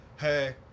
Hey